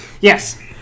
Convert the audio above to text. Yes